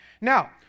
Now